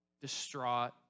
distraught